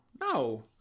no